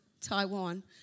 Taiwan